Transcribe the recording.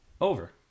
Over